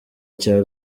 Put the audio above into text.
cya